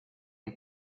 ont